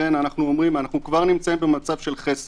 לכן אנחנו כבר במצב של חסר.